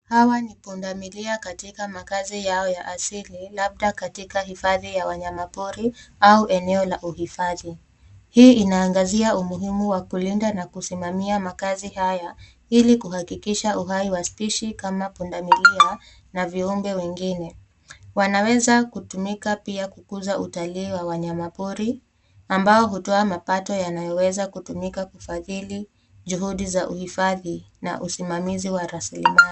Hawa ni pundamilia katika makazi yao ya asili labda katika hifadhi ya wanyama pori au eneo la uhifadhi. Hii inaangazia umuhimu wa kulinda na kusimamia makazi haya ili kuhakikisha uhai wa spishi kama pundamilia na viumbe wengine. Wanaweza kutumika pia kukuza utalii wa wanyama pori ambao hutoa mapato yanayoweza kutumika kufadhili juhudi za uhifadhi na usimamizi wa rasilimali.